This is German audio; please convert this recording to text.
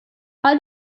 all